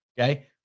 Okay